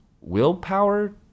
willpower